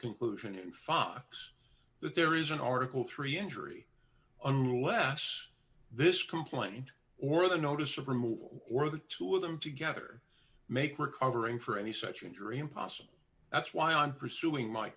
conclusion in fox that there is an article three injury unless this complaint or the notice of removal or the two of them together make recovering for any such injury impossible that's why i'm pursuing my